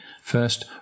first